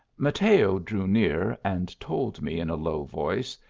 mateo drew near and told me in a low voice,